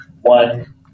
one